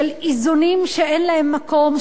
של איזונים שאין להם מקום,